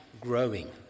growing